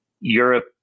Europe